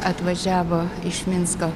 atvažiavo iš minsko